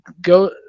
go